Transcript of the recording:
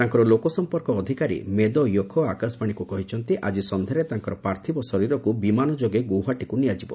ତାଙ୍କର ଲୋକସମ୍ପର୍କ ଅଧିକାରୀ ମେଦୋ ୟୋଖା ଆକାଶବାଣୀକୁ କହିଛନ୍ତି ଆଜି ସନ୍ଧ୍ୟାରେ ତାଙ୍କର ପ୍ରାର୍ଥୀବ ଶରୀରକୁ ବିମାନ ଯୋଗେ ଗୌହାଟୀକୁ ନିଆଯିବ